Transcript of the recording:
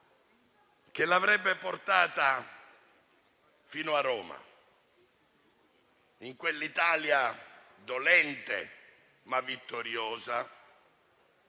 che l'avrebbe portata fino a Roma. In quell'Italia dolente ma vittoriosa